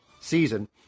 season